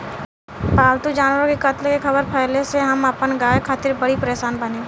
पाल्तु जानवर के कत्ल के ख़बर फैले से हम अपना गाय खातिर बड़ी परेशान बानी